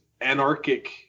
anarchic